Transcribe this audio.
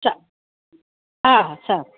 చ సార్